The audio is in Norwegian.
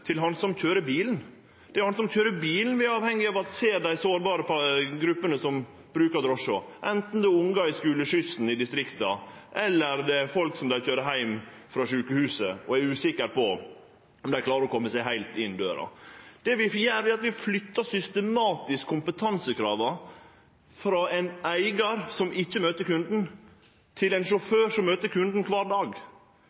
til den som køyrer bilen. Det er den som køyrer bilen vi er avhengig av at ser dei sårbare gruppene som brukar drosje, enten det er ungar i skuleskyssen i distrikta eller det er folk som vert køyrde heim frå sjukehuset, og som er usikre på om dei klarer å kome seg heilt inn døra. Det vi gjer, er at vi flyttar systematisk kompetansekrava frå ein eigar, som ikkje møter kunden, til ein